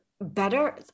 better